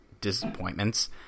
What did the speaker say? disappointments